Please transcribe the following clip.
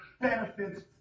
benefits